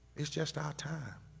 it's just our time.